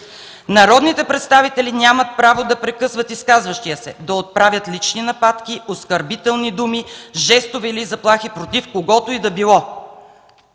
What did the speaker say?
„Народните представители нямат право да прекъсват изказващия се, да отправят лични нападки, оскърбителни думи, жестове или заплахи против когото и да било”.